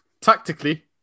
Tactically